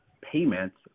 payments